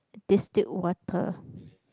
distilled water